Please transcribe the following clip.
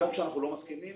גם כשאנחנו לא מסכימים.